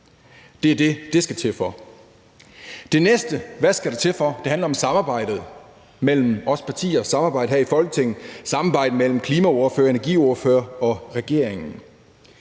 Det er det, det skal til for. Det næste »hvad skal det til for?« handler om samarbejdet mellem os partier, samarbejdet her i Folketinget, samarbejdet mellem klimaordførere, energiordførere og regeringen.